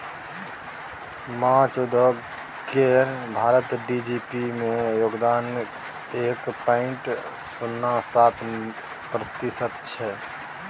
माछ उद्योग केर भारतक जी.डी.पी मे योगदान एक पॉइंट शुन्ना सात प्रतिशत छै